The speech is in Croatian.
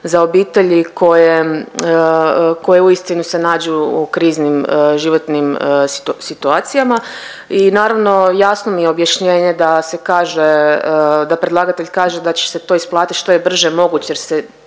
za obitelji koje uistinu se nađu u kriznim životnim situacijama. I naravno jasno mi je objašnjenje da se kaže da predlagatelj kaže da će se to isplatiti što je brže moguće jer se